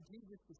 Jesus